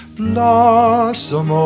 blossom